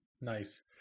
Nice